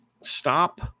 stop